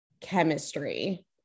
chemistry